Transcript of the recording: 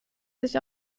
sich